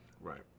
Right